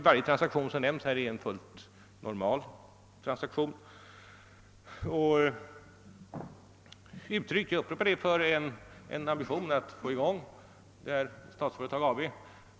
Varje transaktion som omnämnts är nämligen fullt normal och ett uttryck — jag upprepar det — för en ambition att få i gång Statsföretag AB.